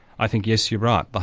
i think yes, you're right, but